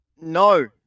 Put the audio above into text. No